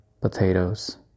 potatoes